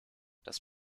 das